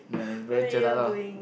ya it's very jelak lor